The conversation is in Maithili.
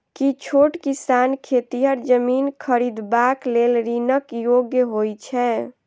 की छोट किसान खेतिहर जमीन खरिदबाक लेल ऋणक योग्य होइ छै?